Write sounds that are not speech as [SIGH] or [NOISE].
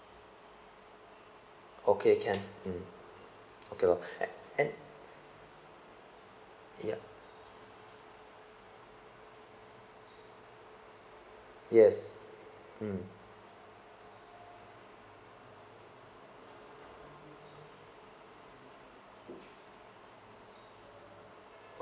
okay can mm okay [NOISE] [BREATH] and [BREATH] yup yes mm